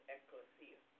Ecclesia